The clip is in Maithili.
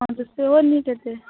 हँ तऽ सेहो नीक छै